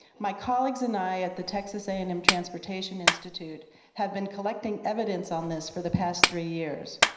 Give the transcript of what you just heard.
my colleagues and i at the texas a and m transportation institute have been collecting evidence on this for the past three years,